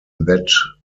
that